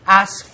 ask